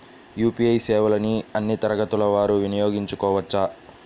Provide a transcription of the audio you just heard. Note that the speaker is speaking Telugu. యూ.పీ.ఐ సేవలని అన్నీ తరగతుల వారు వినయోగించుకోవచ్చా?